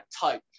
type